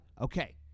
Okay